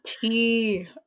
Tea